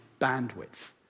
bandwidth